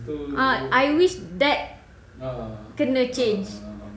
ah I wish that kena change